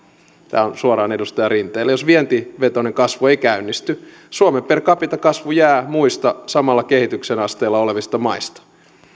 tämä on suoraan edustaja rinteelle jos vientivetoinen kasvu ei käynnisty suomen per capita kasvu jää muista samalla kehityksen asteella olevista maista